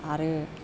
आरो